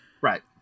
Right